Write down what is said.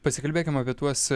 pasikalbėkim apie tuos